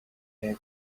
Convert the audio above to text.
have